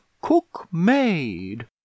cook-maid